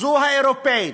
זו האירופית